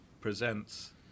presents